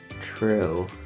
True